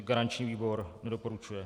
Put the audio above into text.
Garanční výbor nedoporučuje.